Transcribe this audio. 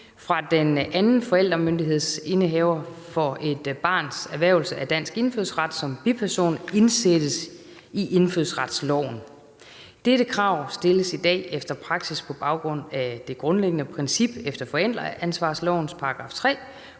fra den anden forældremyndighedsindehaver til et barns erhvervelse af dansk indfødsret som biperson indsættes i indfødsretsloven. Dette krav stilles i dag efter praksis på baggrund af det grundlæggende princip efter forældreansvarslovens § 3,